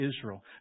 Israel